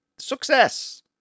success